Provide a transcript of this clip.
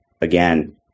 again